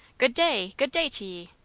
good day! good-day to ye.